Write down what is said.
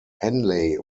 henley